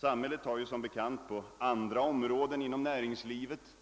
Samhället har som bekant på andra områden inom näringslivet